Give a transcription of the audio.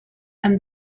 and